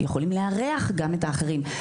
יכולים לארח גם את האחרים.